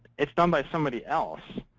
it's done by somebody else.